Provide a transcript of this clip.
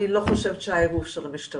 אני לא חושבת שהיה גוף של המשטרה.